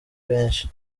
benshi